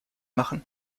machen